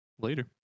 Later